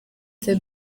the